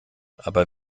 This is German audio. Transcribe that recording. aber